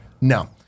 No